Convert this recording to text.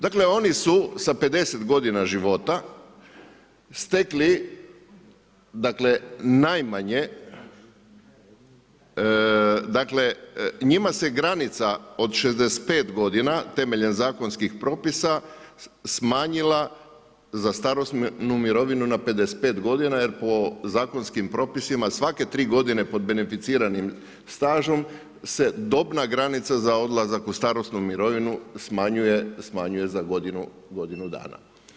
Dakle oni su sa 50 godina života stekli najmanje, dakle njima se granica od 65 godina temeljem zakonskih propisa smanjila za starosnu mirovinu na 55 godina jer po zakonskim propisima svake 3 godine pod beneficiranim stažom se dobna granica za odlazak u starosnu mirovinu smanjuje za godinu dana.